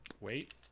wait